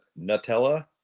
Nutella